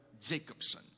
Jacobson